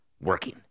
working